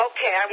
Okay